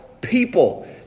people